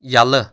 یَلہٕ